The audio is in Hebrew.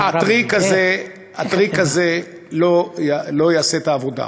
חברים, הטריק הזה לא יעשה את העבודה.